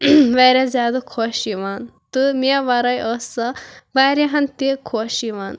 واریاہ زیادٕ خۄش یِوان تہٕ مےٚ وَرٲے ٲسۍ سۄ واریاہن تہِ خۄش یِوان